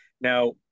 Now